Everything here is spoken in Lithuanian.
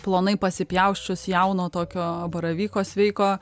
plonai pasipjausčius jauno tokio baravyko sveiko